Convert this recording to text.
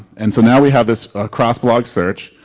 and so now we have this across blog search.